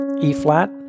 E-flat